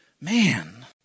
man